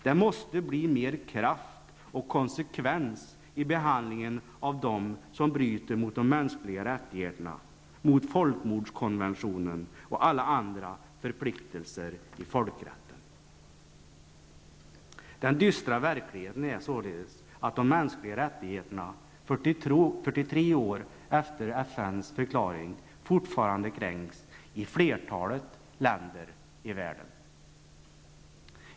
Det måste bli mer kraft och konsekvens i behandlingen av dem som bryter mot de mänskliga rättigheterna, mot folkmordskonventionen och alla andra förpliktelser i folkrätten. Den dystra verkligheten är således att de mänskliga rättigheterna, 43 år efter det att FNs förklaring skrevs under, fortfarande kränks i flertalet länder i världen.